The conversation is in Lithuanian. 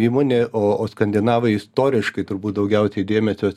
įmonė o o skandinavai istoriškai turbūt daugiausiai dėmesio